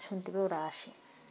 শুনতে পেয়ে ওরা আসে